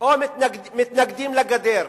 או מתנגדים לגדר,